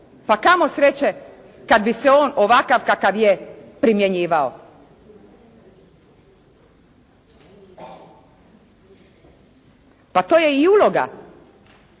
Pa kamo sreće kad bi se on ovakav kakav je primjenjivao. Pa to je i uloga